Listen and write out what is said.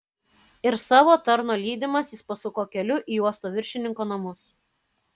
ir savo tarno lydimas jis pasuko keliu į uosto viršininko namus